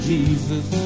Jesus